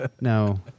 No